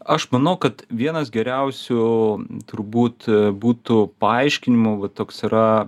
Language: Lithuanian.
aš manau kad vienas geriausių turbūt būtų paaiškinimų va toks yra